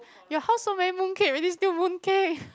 your house so many mooncake already still mooncake